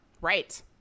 Right